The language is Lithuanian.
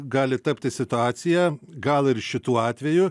gali tapti situacija gal ir šituo atveju